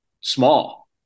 small